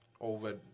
over